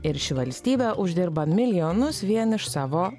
ir ši valstybė uždirba milijonus vien iš savo